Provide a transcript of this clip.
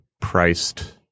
priced